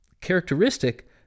characteristic